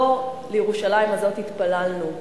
לא לירושלים הזאת התפללנו,